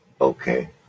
Okay